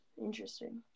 Interesting